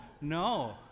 No